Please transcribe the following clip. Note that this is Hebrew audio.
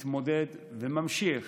הוא מתמודד וממשיך